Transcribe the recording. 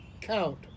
count